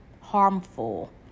harmful